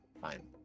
Fine